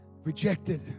Rejected